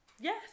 yes